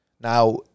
Now